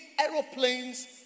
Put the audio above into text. aeroplanes